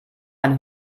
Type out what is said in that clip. man